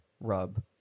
rub